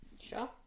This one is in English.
Sure